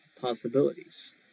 possibilities